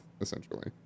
essentially